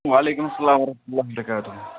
وعلیکم السلام ورحمہ اللہِ وَبَرکاتہ